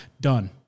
done